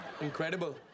Incredible